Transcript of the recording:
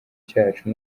cyacu